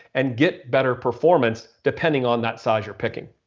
and get better performance depending on that size you're picking.